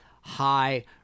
high